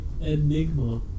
Enigma